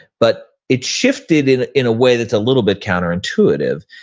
but it shifted in in a way that's a little bit counterintuitive.